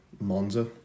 Monza